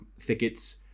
thickets